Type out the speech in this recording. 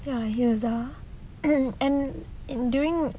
ya hilda and during